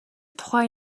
тухай